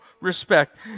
respect